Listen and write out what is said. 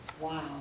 Wow